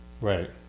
Right